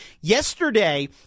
Yesterday